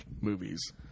movies